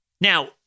Now